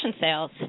sales